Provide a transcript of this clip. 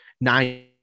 nine